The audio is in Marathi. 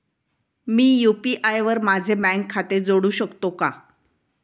मी यु.पी.आय वर माझे बँक खाते जोडू शकतो का?